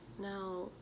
Now